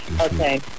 Okay